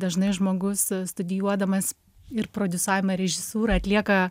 dažnai žmogus studijuodamas ir prodiusavimą ir režisūrą atlieka